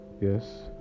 yes